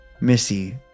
Missy